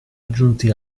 aggiunti